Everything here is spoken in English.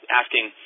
asking